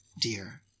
Dear